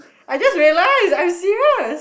I just realised I'm serious